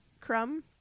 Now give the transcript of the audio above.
Crumb